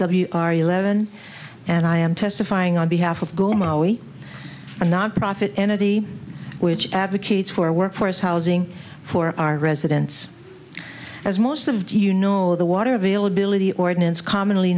our eleven and i am testifying on behalf of goal maui a nonprofit entity which advocates for workforce housing for our residents as most of you know the water availability ordinance commonly